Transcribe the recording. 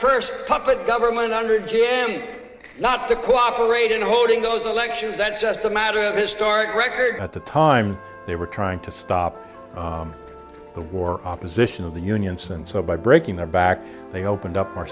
first puppet government under g m not to cooperate in holding those elections that just a matter of historic record at the time they were trying to stop the war opposition of the unions and so by breaking their backs they opened up